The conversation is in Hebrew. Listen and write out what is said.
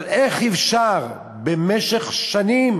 אבל איך אפשר במשך שנים